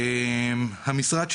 המשרד שלנו,